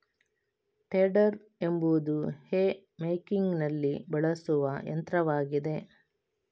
tedder ಎಂಬುದು hay ಮೇಕಿಂಗಿನಲ್ಲಿ ಬಳಸುವ ಯಂತ್ರವಾಗಿದೆ